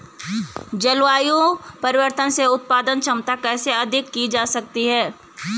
जलवायु परिवर्तन से उत्पादन क्षमता कैसे अधिक की जा सकती है?